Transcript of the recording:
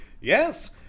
Yes